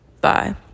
bye